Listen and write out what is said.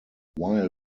while